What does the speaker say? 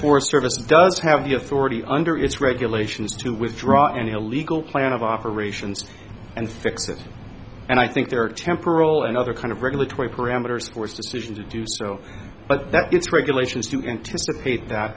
forest service does have the authority under its regulations to withdraw any illegal plan of operations and fix it and i think there are temporal and other kind of regulatory parameters which decision to do so but that it's regulations to anticipate that